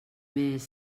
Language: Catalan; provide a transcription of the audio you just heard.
més